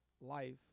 life